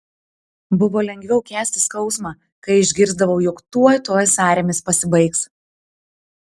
buvo lengviau kęsti skausmą kai išgirsdavau jog tuoj tuoj sąrėmis pasibaigs